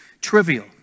trivial